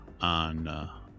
on